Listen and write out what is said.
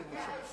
כל הממשלות.